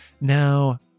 Now